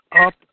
up